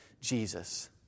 Jesus